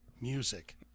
music